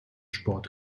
sport